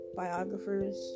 biographers